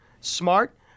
Smart